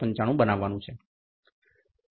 895 બનાવવાનું છે